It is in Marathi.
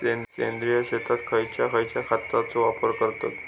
सेंद्रिय शेतात खयच्या खयच्या खतांचो वापर करतत?